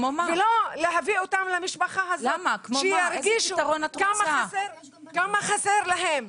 ולא להביא אותם למשפחה הזאת שירגישו כמה חסר להם.